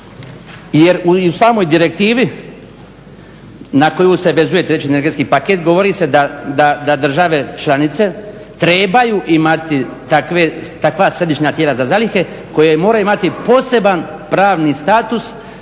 jer i u samoj direktivi na koju se vezuje treći energetski paket govori se da države članice trebaju imati takva središnja tijela za zalihe koja moraju imati poseban pravni status, a